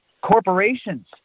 Corporations